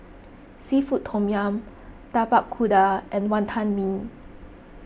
Seafood Tom Yum Tapak Kuda and Wantan Mee